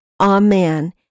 Amen